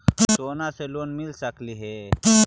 सोना से लोन मिल सकली हे?